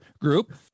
group